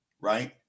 right